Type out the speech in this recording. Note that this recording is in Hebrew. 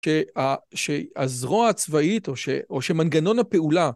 שהזרוע הצבאית או שמנגנון הפעולה...